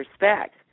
respect